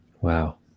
Wow